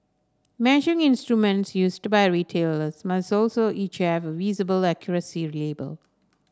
measuring instruments used by retailers must also each have a visible accuracy label